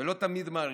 ולא תמיד מעריכים,